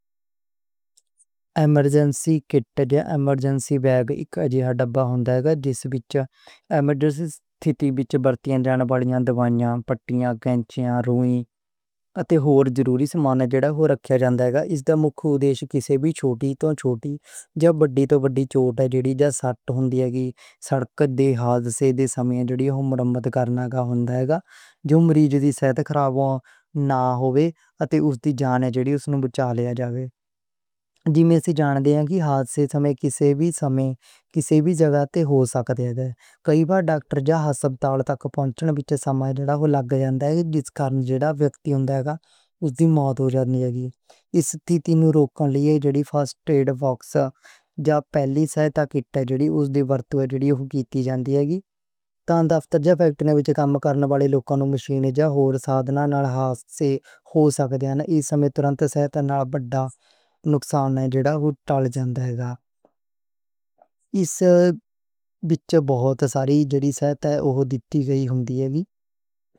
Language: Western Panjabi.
ایمرجنسی کِٹ یا ایمرجنسی بیگ اک ڈبّا ہوندا ہے جس وچ ایمرجنسی ستھِتی وچ ورتیاں جان والیاں دوائیاں، پٹّیاں، کینچیاں، روئی اتے ہور ضروری سامان رکھیا جاندا ہے۔ اس دا مکھی مقصد کڑی چھوٹی توں چھوٹی جیویں وڈی توں وڈی چوٹاں دا ابتدائی علاج ہوندا اے۔ سڑک دے حادثے دے سماں مرہم پٹّی کرنی ہوندی اے۔ جو مریض دی سہائتا کرن لئی ہووے اتے اس دی جان بچا لیوئی جاوے۔ کی حادثے کسی وی سماں، کسی وی جگہ وچ ہو سکدے نیں۔ کئی وار ڈاکٹر تے ہسپتال تک پہنچن وچ سماں لگ جاوے، جیہڑے ویکتی نوں نہ ملے اوہدے موت ہو جاندی۔ اس ستھِتی وچ فرسٹ ایڈ باکس پہلے توں تیار رہندا اے تے فوری کاروائی کردی ہوندی۔ تان دفتر یا فیکٹری وچ کم کرن والے لوکاں نوں مشین یا سازاں نال حادثے ہو جاندے۔ ایہ سماں فوری صحت نال نقصان گھٹاؤندا تے جان نوں بچا کے رکھ جاوے۔